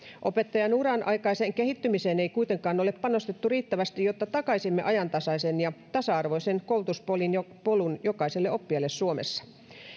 opettajan uran aikaiseen kehittymiseen ei kuitenkaan ole panostettu riittävästi jotta takaisimme ajantasaisen ja tasa arvoisen koulutuspolun jokaiselle oppijalle suomessa